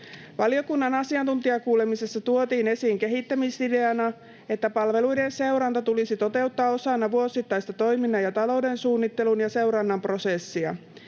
Valiokunnan asiantuntijakuulemisessa tuotiin esiin kehittämisideana, että palveluiden seuranta tulisi toteuttaa osana vuosittaista toiminnan ja talouden suunnittelun ja seurannan prosessia.